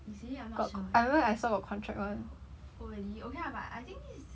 is it I'm not sure eh oh really okay lah but I think is